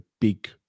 big